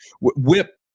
Whip